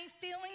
feeling